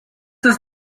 ist